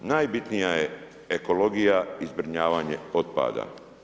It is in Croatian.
Najbitnija je ekologija i zbrinjavanje otpada.